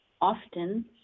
often